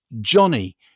Johnny